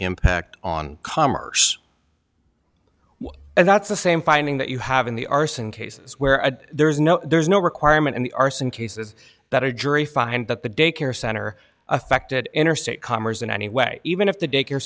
impact on commerce and that's the same finding that you have in the arson cases where there is no there's no requirement in the arson cases that a jury find that the daycare center affected interstate commerce in any way even if the daycare